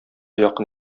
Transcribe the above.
якын